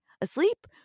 asleep